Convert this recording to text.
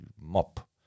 mop